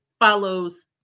follows